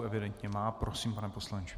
Evidentně má, prosím, pane poslanče.